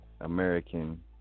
American